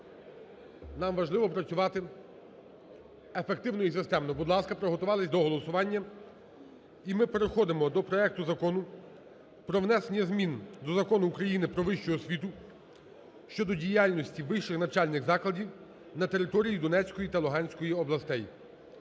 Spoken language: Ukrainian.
нам важливо працювати ефективно і системно. Будь ласка, приготувалися до голосування. І ми переходимо до проекту Закону про внесення змін до Закону України "Про вищу освіту" щодо діяльності вищих навчальних закладів на території Донецької та Луганської областей.